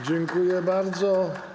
Dziękuję bardzo.